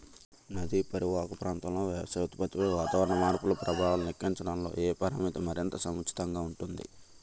నదీ పరీవాహక ప్రాంతంలో వ్యవసాయ ఉత్పత్తిపై వాతావరణ మార్పుల ప్రభావాలను లెక్కించడంలో ఏ పరామితి మరింత సముచితంగా ఉంటుంది?